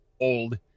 old